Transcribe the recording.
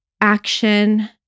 action